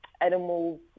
animals